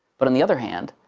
but on the other hand,